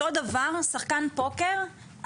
אותו דבר שחקן פוקר,